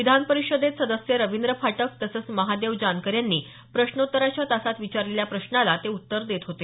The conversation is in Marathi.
विधान परिषदेत सदस्य रवींद्र फाटक तसंच महादेव जानकर यांनी प्रश्नोत्तराच्या तासात विचारलेल्या प्रश्नाला ते उत्तर देत होते